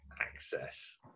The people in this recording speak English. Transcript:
access